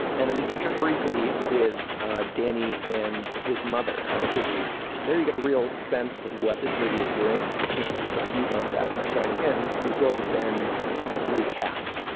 and let me catch up briefly with danny and his mother and this is where you get a real sense of what this movie is doing. you know this is a few months after the shining ends these roles have been recast.